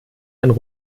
einen